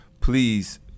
Please